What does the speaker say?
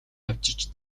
авчирч